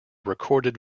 recorded